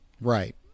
Right